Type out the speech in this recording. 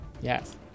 Yes